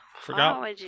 forgot